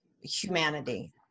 humanity